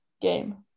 game